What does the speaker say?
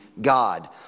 God